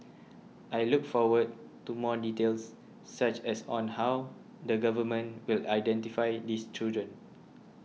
I look forward to more details such as on how the government will identify these children